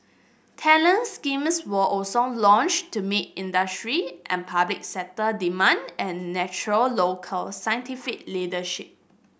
talent schemes were also launched to meet industry and public sector demand and nurture local scientific leadership